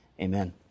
amen